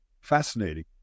Fascinating